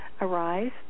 arise